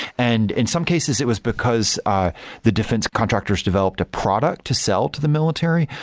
and in some cases, it was because ah the defense contractors developed a product to sell to the military,